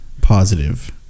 positive